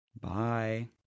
Bye